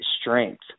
strength